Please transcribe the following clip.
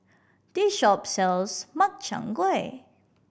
this shop sells Makchang Gui